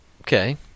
Okay